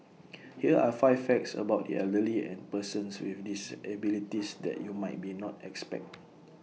here are five facts about the elderly and persons with disabilities that you might be not expect